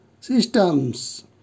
systems